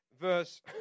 verse